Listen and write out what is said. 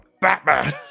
Batman